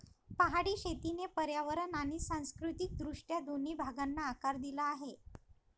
पहाडी शेतीने पर्यावरण आणि सांस्कृतिक दृष्ट्या दोन्ही भागांना आकार दिला आहे